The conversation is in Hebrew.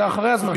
אתה אחרי הזמן.